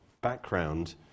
background